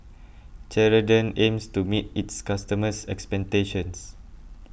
Ceradan aims to meet its customers' expectations